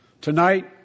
Tonight